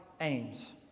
aims